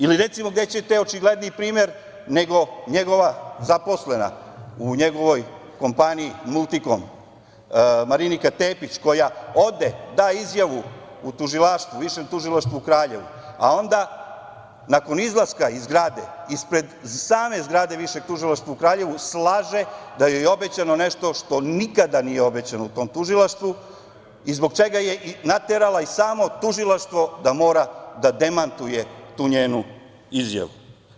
Ili, recimo, gde ćete očigledniji primer nego njegova zaposlena u njegovoj kompaniji „Multikom“ Marinika Tepić, koja ode, da izjavu u Višem tužilaštvu u Kraljevu, a onda, nakon izlaska iz zgrade, ispred same zgrade Višeg tužilaštva u Kraljevu slaže da joj je obećano nešto što nikada nije obećano u tom tužilaštvu i zbog čega je naterala i samo tužilaštvo da mora da demantuje tu njenu izjavu?